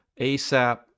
ASAP